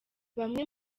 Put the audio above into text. bamwe